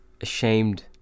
ashamed